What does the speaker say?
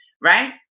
right